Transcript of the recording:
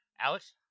Alex